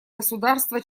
государства